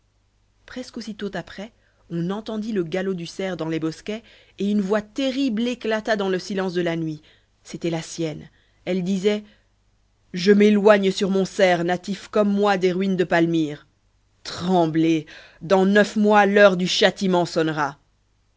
presque aussitôt après on entendit le galop du cerf dans les bosquets et une voix terrible éclata dans le silence de la nuit c'était la sienne elle disait je m'éloigne sur mon cerf natif comme moi des ruines de palmyre tremblez dans neuf mois l'heure du châtiment sonnera